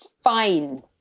fine